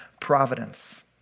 providence